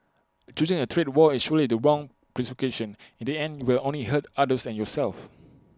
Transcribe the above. choosing A trade war is surely the wrong prescription in the end you will only hurt others and yourself